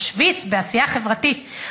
משוויץ בעשייה חברתית.